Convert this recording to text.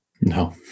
No